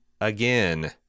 again